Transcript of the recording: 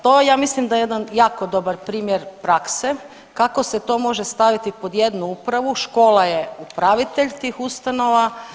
To ja mislim da je jedan jako dobar primjer prakse kako se to može staviti pod jednu upravu, škola je upravitelj tih ustanova.